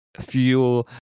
fuel